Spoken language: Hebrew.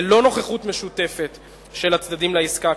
ללא נוכחות משותפת של הצדדים לעסקה,